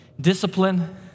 discipline